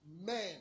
men